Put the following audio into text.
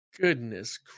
Goodness